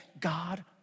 God